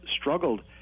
struggled